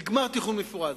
בגמר התכנון המפורט.